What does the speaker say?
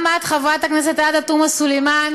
גם את, חברת הכנסת עאידה תומא סלימאן,